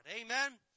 Amen